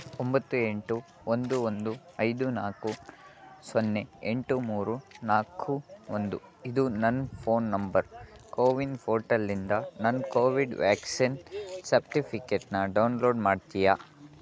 ಒಂಬತ್ತು ಎಂಟು ಒಂದು ಒಂದು ಐದು ನಾಲ್ಕು ಸೊನ್ನೆ ಎಂಟು ಮೂರು ನಾಲ್ಕು ಒಂದು ಇದು ನನ್ನ ಫೋನ್ ನಂಬರ್ ಕೋವಿನ್ ಪೋರ್ಟಲ್ನಿಂದ ನನ್ನ ಕೋವಿಡ್ ವ್ಯಾಕ್ಸಿನ್ ಸರ್ಟಿಫಿಕೇಟ್ನ ಡೌನ್ಲೋಡ್ ಮಾಡ್ತೀಯಾ